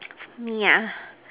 me ah